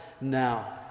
now